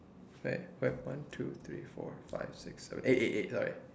wait wait one two three four five six seven eight eight eight sorry